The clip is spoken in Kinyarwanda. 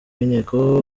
w’inteko